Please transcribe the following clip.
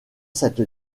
cette